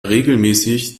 regelmäßig